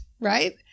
right